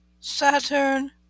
Saturn